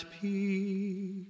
peace